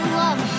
love